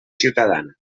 ciutadana